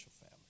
family